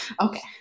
okay